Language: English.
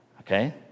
Okay